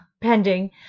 pending